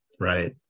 right